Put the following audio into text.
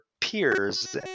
peers